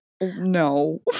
No